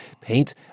paint